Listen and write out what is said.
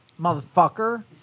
motherfucker